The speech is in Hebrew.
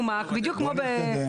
אם יש עוד משהו שסמכותכם לא אמרתם,